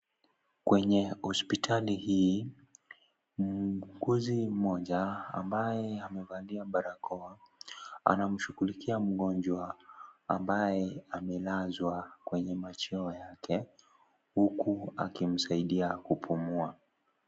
Kwenye hospitali hii muhuguzi mmoja ambae amevalia barakoa anamshughulikia mgonjwa ambae amelazwa kwenye macheo yake huku akimsaidia kupumua.